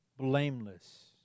blameless